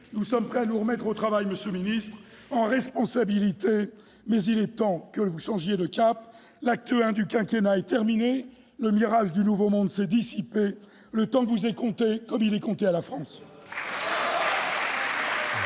Nous sommes prêts, en responsabilité, à nous remettre au travail. Mais il est temps que vous changiez de cap. L'acte I du quinquennat est terminé. Le mirage du nouveau monde s'est dissipé. Le temps vous est compté, comme il est compté à la France